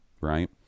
right